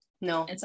No